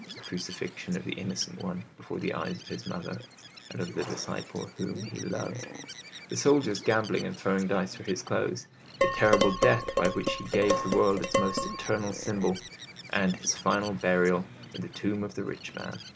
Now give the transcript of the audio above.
the crucifixion of the innocent one before the eyes of his mother and of the disciple whom he loved the soldiers gambling and throwing dice for his clothes the terrible death by which he gave the world its most eternal symbol and his final burial in the tomb of the rich man,